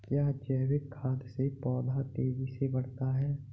क्या जैविक खाद से पौधा तेजी से बढ़ता है?